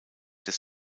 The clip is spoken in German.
des